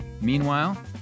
Meanwhile